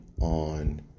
on